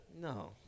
No